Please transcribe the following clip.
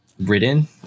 written